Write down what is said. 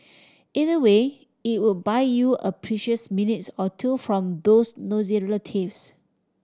either way it will buy you a precious minutes or two from those nosy relatives